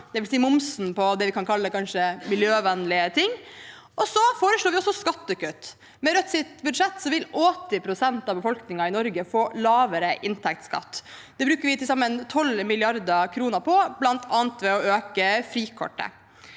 dvs. momsen, på det vi kan kalle kanskje miljøvennlige ting. Vi foreslår også skattekutt. Med Rødts budsjett vil 80 pst. av befolkningen i Norge få lavere inntektsskatt. Det bruker vi til sammen 12 mrd. kr på, bl.a. ved å øke frikortet.